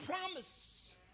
promise